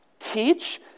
Teach